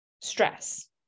Stress